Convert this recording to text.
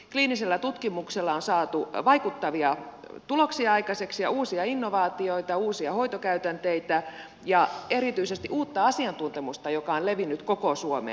kliinisellä tutkimuksella on saatu vaikuttavia tuloksia aikaiseksi uusia innovaatioita uusia hoitokäytänteitä ja erityisesti uutta asiantuntemusta joka on levinnyt koko suomeen